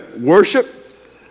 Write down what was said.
worship